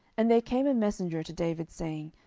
and there came a messenger to david, saying,